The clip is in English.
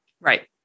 Right